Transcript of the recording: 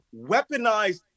weaponized